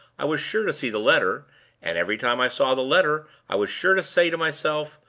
i was sure to see the letter and every time i saw the letter, i was sure to say to myself,